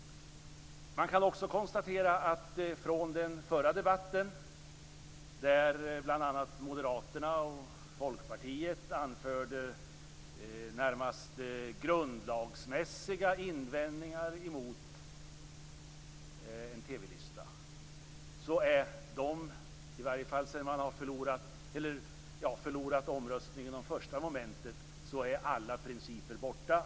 Vi kan också konstatera att efter den förra debatten, där bl.a. Moderaterna och Folkpartiet anförde närmast grundlagsmässiga invändningar emot en TV lista, och efter förlusten i omröstningen om det första momentet, är alla principer borta.